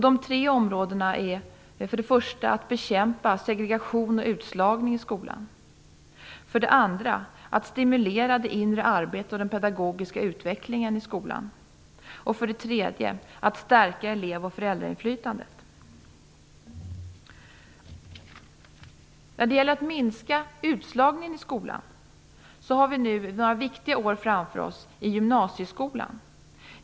Det gäller då för det första att bekämpa segregation och utslagning i skolan, för det andra att stimulera det inre arbetet och den pedagogiska utvecklingen i skolan och för det tredje att stärka elev och föräldrainflytandet. När det gäller att minska utslagningen i skolan har vi nu några viktiga år framför oss i gymnasieskolan.